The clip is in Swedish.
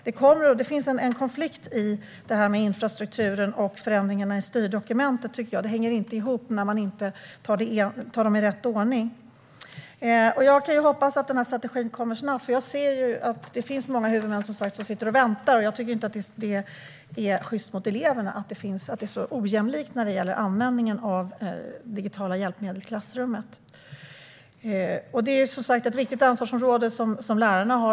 Jag tycker att det finns en konflikt i det här med infrastrukturen och förändringarna i styrdokumentet. Det hela hänger inte ihop när man inte tar dem i rätt ordning. Jag hoppas att den här strategin kommer snart. Jag ser, som sagt, att det finns många huvudmän som sitter och väntar, och jag tycker inte att det är sjyst mot eleverna att det är så ojämlikt när det gäller användningen av digitala hjälpmedel i klassrummet. Det är ett viktigt ansvarsområde som lärarna har.